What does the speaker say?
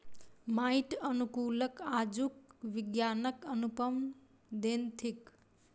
माइट अनुकूलक आजुक विज्ञानक अनुपम देन थिक